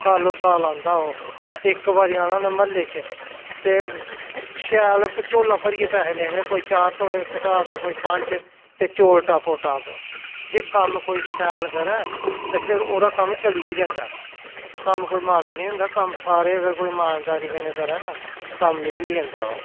सालो साल औंदा ओह् इक बारी औना उ'न्नै म्हल्ले च ते शैल झोला भरियै पैहे लेने कोई चार तोड़े सटाह् दा कोई पंज ते चौल टापो टाप जे कम्म कोई शैल करै ते फिर ओह्दा कम्म चली गै जंदा ऐ कम्म कोई माड़ा निं होंदा कम्म सारे अगर कोई इमानदारी कन्नै करै ना कम्म निकली जंदा ओह्